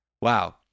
wow